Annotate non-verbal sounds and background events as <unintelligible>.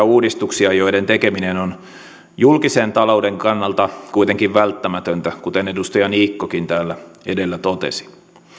<unintelligible> uudistuksia joiden tekeminen on julkisen talouden kannalta kuitenkin välttämätöntä kuten edustaja niikkokin täällä edellä totesi